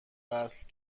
وصل